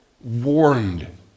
warned